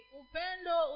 upendo